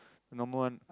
normal one